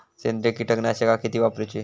सेंद्रिय कीटकनाशका किती वापरूची?